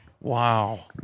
Wow